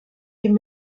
dem